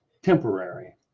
Temporary